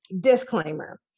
disclaimer